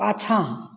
पाछाँ